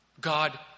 God